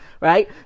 right